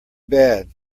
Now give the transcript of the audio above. bad